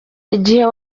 igihe